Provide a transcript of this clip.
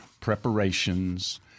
preparations